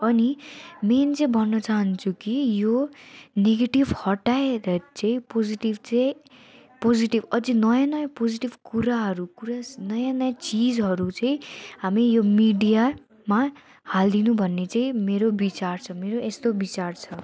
अनि मेन चाहिँ भन्न चाहन्छु कि यो नेगेटिभ हटाएर चाहिँ पोजिटिभ चाहिँ पोजिटिभ अझ नयाँ नयाँ पोजिटिभ कुराहरू कुरा नयाँ नयाँ चिजहरू चाहिँ हामी यो मिडियामा हालिदिनु भन्ने चाहिँ मेरो विचार छ मेरो यस्तो विचार छ